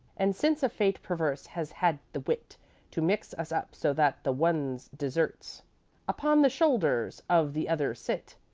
and since a fate perverse has had the wit to mix us up so that the one's deserts upon the shoulders of the other sit,